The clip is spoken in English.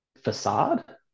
facade